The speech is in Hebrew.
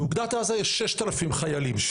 באוגדת עזה יש 6,000 חיילים,